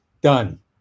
Done